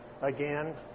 again